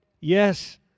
Yes